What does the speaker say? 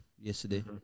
yesterday